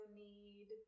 need